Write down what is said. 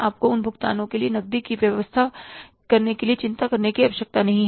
आपको उन भुगतानों के लिए नकदी की व्यवस्था करने के लिए चिंता करने की आवश्यकता नहीं है